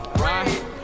right